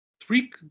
three